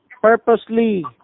purposely